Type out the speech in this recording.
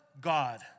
God